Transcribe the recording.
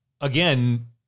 again